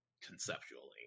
conceptually